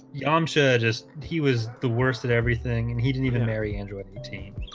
yamcha, just he was the worst at everything and he didn't even marry android